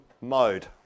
mode